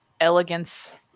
elegance